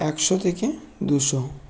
একশো থেকে দুশো